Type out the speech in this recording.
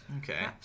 Okay